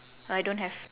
I don't have